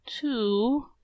two